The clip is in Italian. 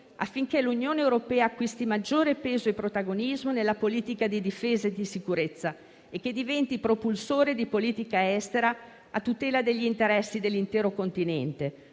affinché l'Unione europea acquisti maggiore peso e protagonismo nella politica di difesa e di sicurezza e che diventi propulsore di politica estera a tutela degli interessi dell'intero Continente,